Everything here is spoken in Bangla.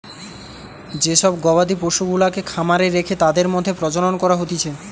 যে সব গবাদি পশুগুলাকে খামারে রেখে তাদের মধ্যে প্রজনন করা হতিছে